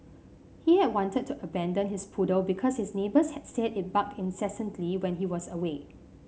he had wanted to abandon his poodle because his neighbours had said it barked incessantly when he was away